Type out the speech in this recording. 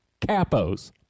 capos